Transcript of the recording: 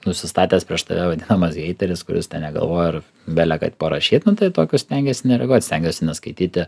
nusistatęs prieš tave vadinamas heiteris kuris ten negalvoja ar bele kad parašyt nu tai tokius stengiesi nereaguot stengiuosi neskaityti